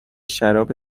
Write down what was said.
شراب